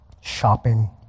shopping